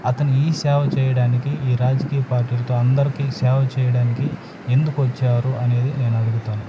అతను ఈ సేవ చేయడానికి ఈ రాజకీయ పార్టీలతో అందరికీ సేవ చేయడానికి ఎందుకొచ్చారు అనేది నేను అడుగుతాను